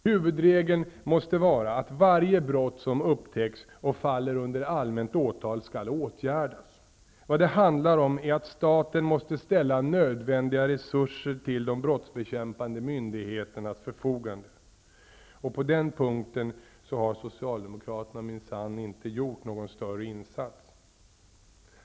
Huvudregeln måste vara att varje brott som upptäcks och faller under allmänt åtal skall åtgärdas. Vad det handlar om är att staten måste ställa nödvändiga resurser till de brottsbekämpande myndigheternas förfogande. Och på den punkten har Socialdemokraterna minsann inte gjort någon större insats.